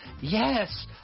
Yes